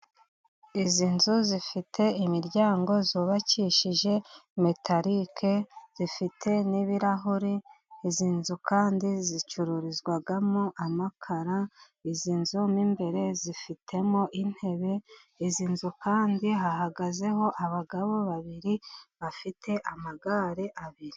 Izi nzu zifite imiryango, zubakishije metalike, zifite n'ibirahure. Izi nzu kandi zicururizwamo amakara. Izi nzu mo imbere zifitemo intebe, izi nzu kandi hahagazeho abagabo babiri bafite amagare abiri.